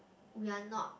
we are not